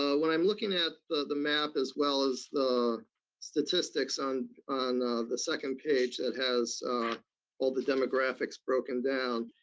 ah when i'm looking at the the map as well as the statistics on the second page that has all the demographics broken down,